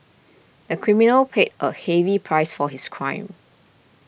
the criminal paid a heavy price for his crime